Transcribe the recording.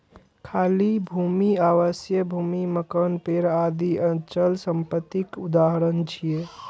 खाली भूमि, आवासीय भूमि, मकान, पेड़ आदि अचल संपत्तिक उदाहरण छियै